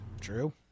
true